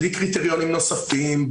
בלי קריטריונים נוספים,